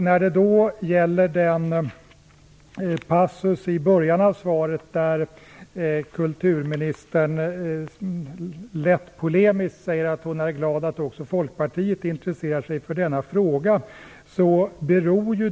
I en passus i början av svaret säger kulturministern lätt polemiskt att hon är glad att också Folkpartiet intresserar sig för denna fråga.